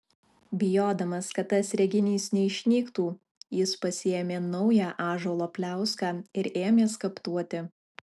bijodamas kad tas reginys neišnyktų jis pasiėmė naują ąžuolo pliauską ir ėmė skaptuoti